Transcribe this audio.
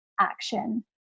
action